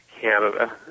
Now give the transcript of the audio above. Canada